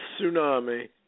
tsunami